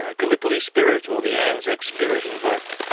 ah gallipoli spirit or the anzac spirit invoked.